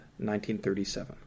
1937